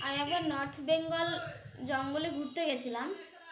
আমি একবার north Bengal জঙ্গলে ঘুরতে গেছিলাম